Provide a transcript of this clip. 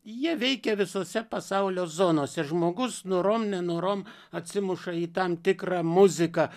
jie veikia visose pasaulio zonose žmogus norom nenorom atsimuša į tam tikrą muziką